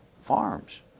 farms